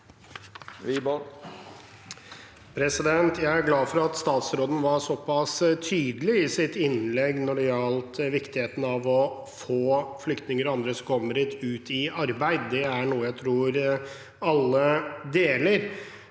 Jeg er glad for at statsråden var såpass tydelig i sitt innlegg når det gjaldt viktigheten av å få flyktninger og andre som kommer hit, ut i arbeid. Det er noe jeg tror alle deler,